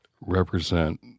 represent